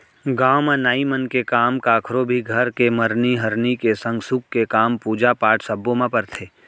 गाँव म नाई मन के काम कखरो भी घर के मरनी हरनी के संग सुख के काम, पूजा पाठ सब्बो म परथे